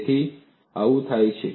તેથી આવું થાય છે